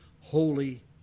Holy